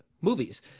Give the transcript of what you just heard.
movies